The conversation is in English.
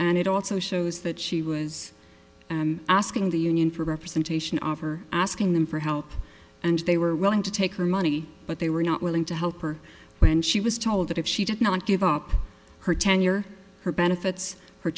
and it also shows that she was asking the union for representation of or asking them for help and they were willing to take her money but they were not willing to help her when she was told that if she did not give up her tenure her benefits